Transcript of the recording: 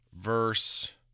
verse